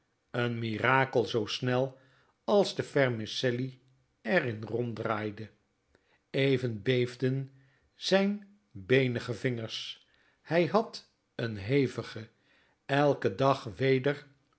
n mirakel zoo snel als de vermicelli er in ronddraaide even beefden zijn beenige vingers hij had een hevigen eiken dag weder